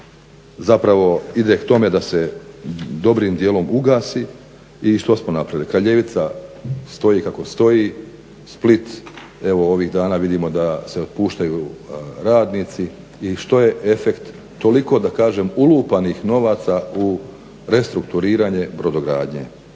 zapravo ide k tome da se dobrim dijelom ugasi i što smo napravili? Kraljevica stoji kako stoji, Split evo ovih dana vidimo da se otpuštaju radnici i što je efekt toliko da kažem ulupanih novaca u restrukturiranje brodogradnje?